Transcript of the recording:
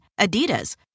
Adidas